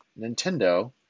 Nintendo